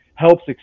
Helps